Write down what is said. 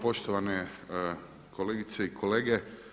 Poštovane kolegice i kolege.